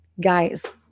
Guys